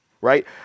right